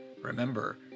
Remember